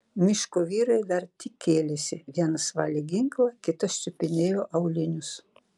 miško vyrai dar tik kėlėsi vienas valė ginklą kitas čiupinėjo aulinius